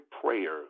prayer